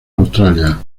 australia